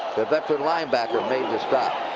the veteran linebacker, made the stop.